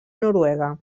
noruega